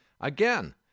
again